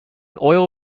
oil